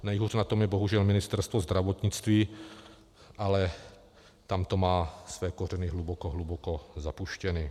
Nejhůř na tom je bohužel Ministerstvo zdravotnictví, ale tam to má své kořeny hluboko, hluboko zapuštěno.